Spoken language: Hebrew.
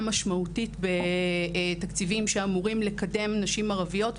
משמעותית בתקציבים שאמורים לקדם נשים ערביות.